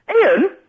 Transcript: Ian